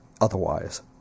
otherwise